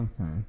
Okay